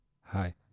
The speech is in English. Hi